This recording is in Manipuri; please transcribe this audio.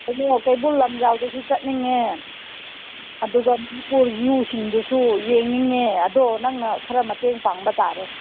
ꯀꯩꯅꯣ ꯀꯩꯕꯨꯜ ꯂꯝꯖꯥꯎꯗꯁꯨ ꯆꯠꯅꯤꯡꯉꯦ ꯑꯗꯨꯒ ꯃꯅꯤꯄꯨꯔ ꯖꯨꯁꯤꯡꯗꯨꯁꯨ ꯌꯦꯡꯅꯤꯡꯉꯦ ꯑꯗꯣ ꯅꯪꯅ ꯈꯔ ꯃꯇꯦꯡ ꯄꯥꯡꯕ ꯇꯥꯔꯦ